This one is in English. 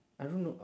I don't know